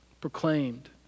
proclaimed